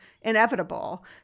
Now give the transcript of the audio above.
inevitable